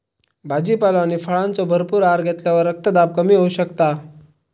भाजीपालो आणि फळांचो भरपूर आहार घेतल्यावर रक्तदाब कमी होऊ शकता